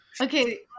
Okay